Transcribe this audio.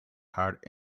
heart